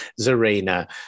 Zarina